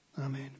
Amen